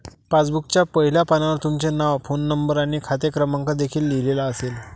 पासबुकच्या पहिल्या पानावर तुमचे नाव, फोन नंबर आणि खाते क्रमांक देखील लिहिलेला असेल